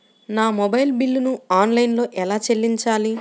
నా మొబైల్ బిల్లును ఆన్లైన్లో ఎలా చెల్లించాలి?